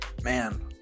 man